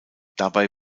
dabei